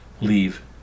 leave